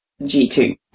G2